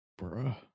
Bruh